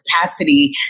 capacity